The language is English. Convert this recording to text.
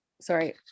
sorry